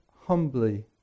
humbly